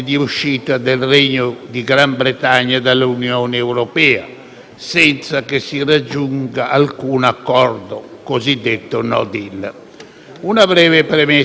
senza che si raggiunga alcun accordo (cosiddetto *no deal*). Una breve premessa: il Governo inglese ha richiesto e ottenuto più rinvii